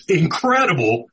incredible